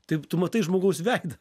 tai tu matai žmogaus veidą